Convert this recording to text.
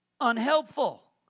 unhelpful